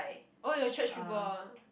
oh your church people ah